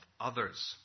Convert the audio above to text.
others